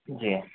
جی